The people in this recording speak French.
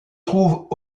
trouvent